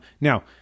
Now